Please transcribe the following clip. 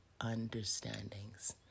understandings